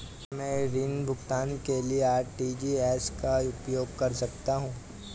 क्या मैं ऋण भुगतान के लिए आर.टी.जी.एस का उपयोग कर सकता हूँ?